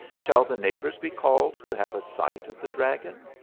shall the neighbours be called to have a sight of the dragon?